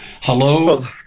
Hello